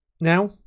Now